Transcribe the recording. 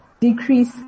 decrease